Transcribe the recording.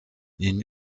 ihnen